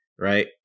right